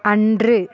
அன்று